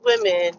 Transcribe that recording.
women